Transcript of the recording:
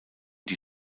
die